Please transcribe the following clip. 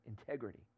integrity